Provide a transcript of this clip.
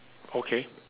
okay